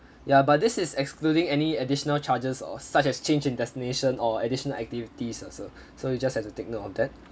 ya but this is excluding any additional charges or such as change in destination or additional activities ah sir so you just have to take note of that